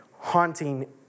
haunting